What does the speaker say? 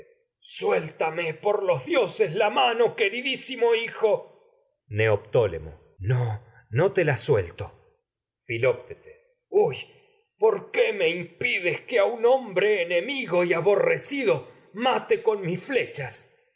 suéltame por los dioses la mano que hijo neoptólemo filoctetes no te la suelto huy y por qué me impides que a un hombre enemigo aborrecido mate con mis flechas